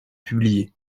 publiés